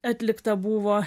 atlikta buvo